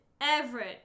Everett